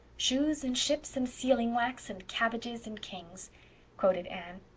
shoes and ships and sealing wax and cabbages and kings quoted anne.